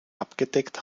abgedeckt